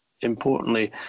importantly